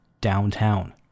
downtown